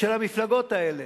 המפלגות האלה,